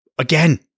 again